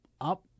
up